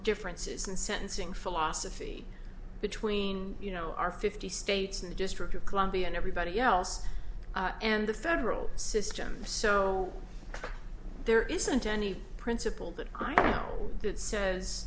differences in sentencing philosophy between you know our fifty states and the district of columbia and everybody else and the federal system so there isn't any principle that i know that says